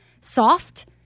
soft